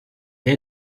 they